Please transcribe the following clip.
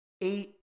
eight